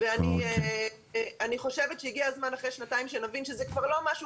אני חושבת שהגיע הזמן אחרי שנתיים שנבין שזה כבר לא משהו